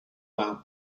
out